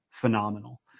phenomenal